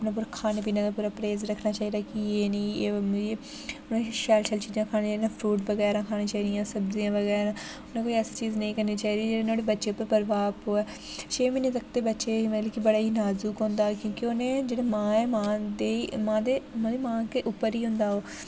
अपने पर खाने पीने दा बड़ा परहेज रखना चाहिदा कि एह् निं एह् मिगी मतलब शैल शैल चीज़ां खानियां चाहिदियां जि'यां फ्रूट बगैरा खाने चाहिदियां सब्ज़ियां बगैरा उ'नें कोई ऐसी चीज़ नेईं करनी चाहि्दी जेह्ड़े नुहाड़े बच्चे पर प्रभाव पोऐ छेऽ म्हीनें तक ते बच्चे ई मतलब की बड़ा नाजुक होंदा क्योंकि उ'न्ने जेह्ड़ी की मां ऐ मां दी मां दे मतलब मां दे उप्पर ई होंदा ओह्